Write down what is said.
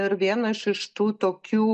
ir viena iš iš tų tokių